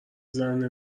زنونه